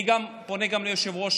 אני פונה גם ליושב-ראש,